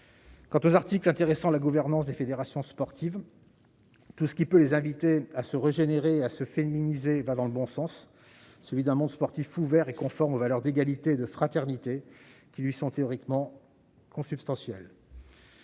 viens aux articles intéressant la gouvernance des fédérations sportives. Tout ce qui peut inviter ces instances à se régénérer et se féminiser va dans le bon sens, celui d'un monde sportif ouvert et conforme aux valeurs d'égalité et de fraternité qui lui sont théoriquement consubstantielles.